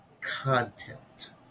content